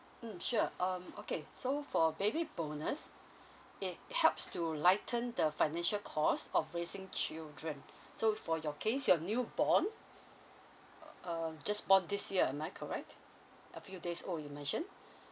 mmhmm sure um okay so for baby bonus it helps to lighten the financial cost of raising children so for your case your newborn uh um just born this year am I correct a few days old you mentioned